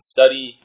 Study